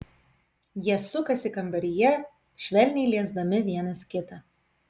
jie sukasi kambaryje švelniai liesdami vienas kitą